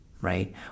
right